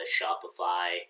Shopify